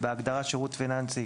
בהגדרה "שירות פיננסי",